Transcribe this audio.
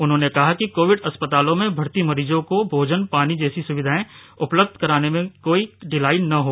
उन्होनें कहा कि कोविड अस्पतालों में भर्ती मरीजों को भोजन पानी जैसी सुविधाएं उपलब्ध कराने में कोई ढिलाई न हो